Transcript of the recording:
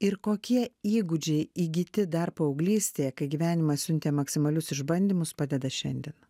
ir kokie įgūdžiai įgyti dar paauglystėje kai gyvenimas siuntė maksimalius išbandymus padeda šiandien